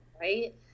right